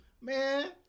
man